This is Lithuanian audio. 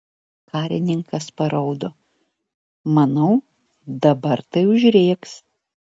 karininkas paraudo manau dabar tai užrėks